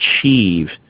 achieve